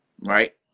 right